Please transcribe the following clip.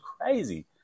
crazy